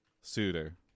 suitor